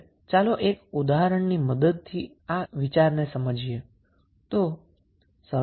હવે ચાલો એક ઉદાહરણની મદદથી કંસેપ્ટ ને સમજીએ